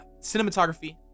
cinematography